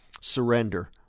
Surrender